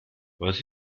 was